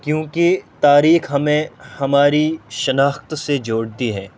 کیونکہ تاریخ ہمیں ہماری شناخت سے جوڑتی ہے